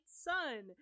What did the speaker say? Sun